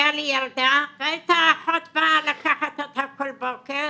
הייתה לי ילדה, הייתה האחות באה לקחת אותה כל בוקר